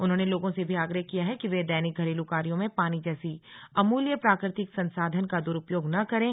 उन्होंने लोगों से भी आग्रह किया कि वे दैनिक घरेलू कार्यो में पानी जैसे अमूल्य प्राकृतिक संसाधन का दुरूपयोग न करें